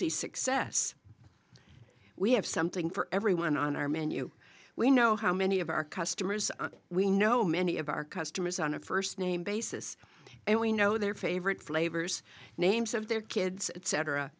e success we have something for everyone on our menu we know how many of our customers we know many of our customers on a first name basis and we know their favorite flavors names of their kids